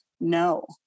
No